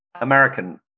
American